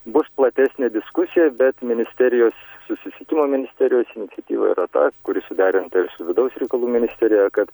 bus platesnė diskusija bet ministerijos susisiekimo ministerijos iniciatyva yra ta kuri suderinta ir su vidaus reikalų ministerija kad